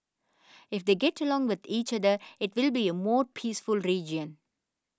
if they get along with each other it will be a more peaceful region